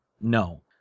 no